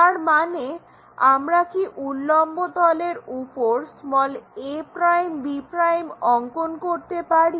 তার মানে আমরা কি উল্লম্ব তলের উপর a'b' অংকন করতে পারি